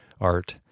art